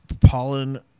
pollen